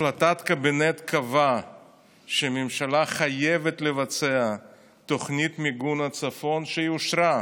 החלטת הקבינט קבעה שהממשלה חייבת לבצע את תוכנית מיגון הצפון שאושרה.